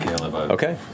Okay